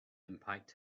impact